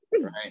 Right